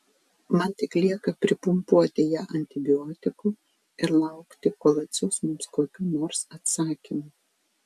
man tik lieka pripumpuoti ją antibiotikų ir laukti kol atsiųs mums kokių nors atsakymų